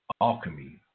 alchemy